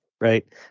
Right